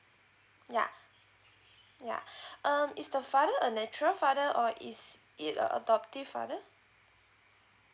yeah yeah um is the father a natural father or is he an adoptive father